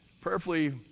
prayerfully